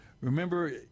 remember